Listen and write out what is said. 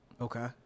Okay